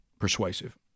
persuasive